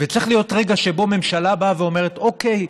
וצריך להיות רגע שבו ממשלה באה ואומרת: אוקיי,